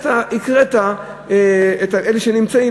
אלא הקראת את אלה שנמצאים.